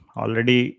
already